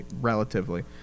relatively